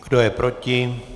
Kdo je proti?